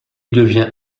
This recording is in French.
devient